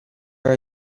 are